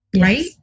right